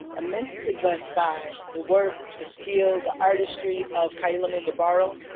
immensely blessed by the work, the skill, the artistry of kai lumumba barrow.